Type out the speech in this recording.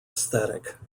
aesthetic